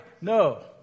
No